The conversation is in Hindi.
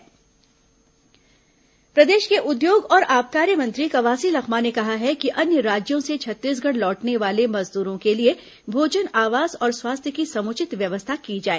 लखमा बयान प्रदेश के उद्योग और आबकारी मंत्री कवासी लखमा ने कहा है कि अन्य राज्यों से छत्तीसगढ़ लौटने वाले मजदूरों के लिए भोजन आवास और स्वास्थ्य की समुचित व्यवस्था की जाए